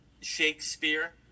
shakespeare